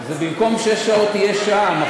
במקום שש שעות זה יהיה שעה.